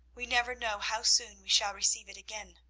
we never know how soon we shall receive it again.